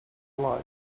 lie